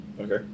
Okay